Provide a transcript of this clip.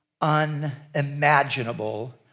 unimaginable